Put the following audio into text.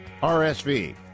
RSV